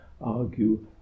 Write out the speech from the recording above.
argue